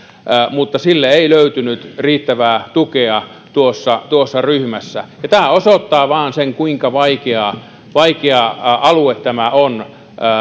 mutta sille ei löytynyt riittävää tukea tuossa tuossa ryhmässä tämä osoittaa vain sen kuinka vaikea alue tämä on